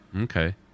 Okay